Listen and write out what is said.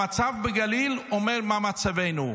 המצב בגליל אומר מה מצבנו.